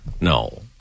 no